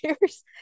years